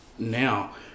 now